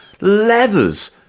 leathers